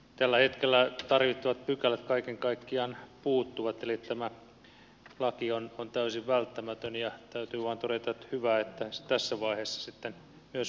tällä hetkellä tarvittavat pykälät kaiken kaikkiaan puuttuvat eli tämä laki on täysin välttämätön ja täytyy vain todeta että hyvä että se tässä vaiheessa myös huomattiin